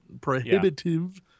prohibitive